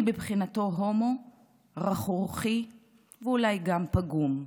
אני מבחינתו הומו רכרוכי ואולי גם פגום.